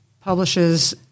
publishes